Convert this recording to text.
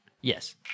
Yes